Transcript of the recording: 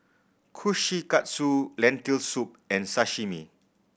Kushikatsu Lentil Soup and Sashimi